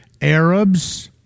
Arabs